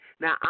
Now